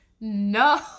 no